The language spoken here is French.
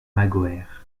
magoër